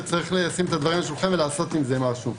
וצריכים לשים את הדברים על השולחן ולעשות עם זה משהו.